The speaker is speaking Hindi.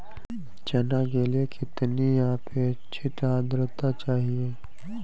चना के लिए कितनी आपेक्षिक आद्रता चाहिए?